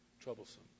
Troublesome